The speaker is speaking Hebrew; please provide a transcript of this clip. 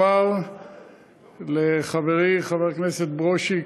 אומר לחברי חבר הכנסת ברושי,